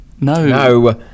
No